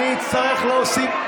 אני אצטרך להוסיף,